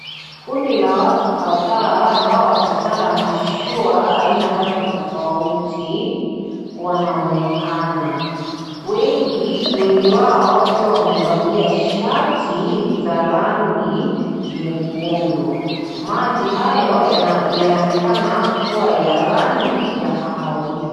Kundi la watu kadhaa ambao wamepanda mashua, aina tatu tofauti, wanaonekana. Wengi, wengi wao wakiwa wamevalia shati za rangi nyekundu. Maji hayo yanaonekana kuwa ya rangi ya kahawia.